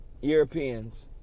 Europeans